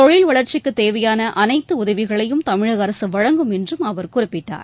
தொழில் வளர்ச்சிக்கு தேவையான அனைத்து உதவிகளையும் தமிழக அரசு வழங்கும் என்றும் அவர் குறிப்பிட்டார்